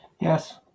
yes